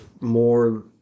more